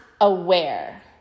aware